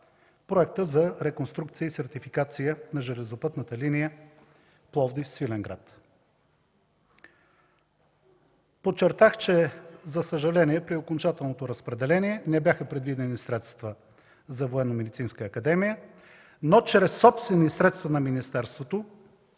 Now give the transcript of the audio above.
проекта за реконструкция и сертификация на железопътната линия Пловдив - Свиленград. Подчертах, че за съжаление, при окончателното разпределение не бяха предвидени средства за Военномедицинска академия, но чрез собствени средства на министерството